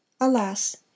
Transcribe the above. Alas